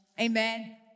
Amen